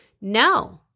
no